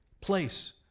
place